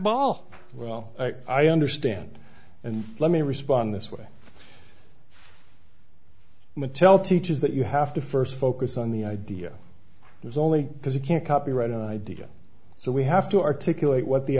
ball well i understand and let me respond this way mattel teaches that you have to first focus on the idea there's only because you can't copyright an idea so we have to articulate what the